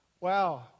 wow